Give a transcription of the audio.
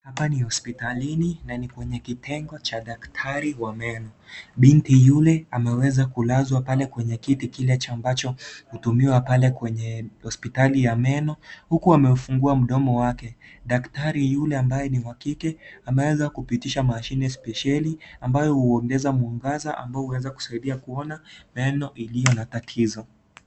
Ni hospitalini na ni kwenye kitengo cha daktari wa meno, binti yule ameweza kulala kule kwenye kile kiti ambacho hutumiwa pale kwenye hospitali ya meno huku amefungua mdomo wake, daktyari yule ambaye ni wa kike ameweza kupitisha mashine spesheli ambayo huungeza mwangaza ambao unaweza kusaidia kuona meno iliyo na tatizo.